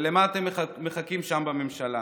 ולמה אתם מחכים שם בממשלה?